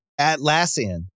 Atlassian